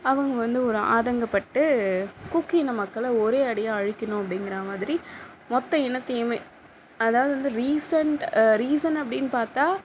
அவங்க வந்து ஒரு ஆதங்கபட்டு குக்கி இன மக்களை ஒரே அடியாக அழிக்கணும் அப்படிங்கிற மாதிரி மொத்த இனத்தையுமே அதாவது வந்து ரீசன்ட் ரீசன் அப்படினு பார்த்தா